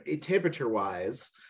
temperature-wise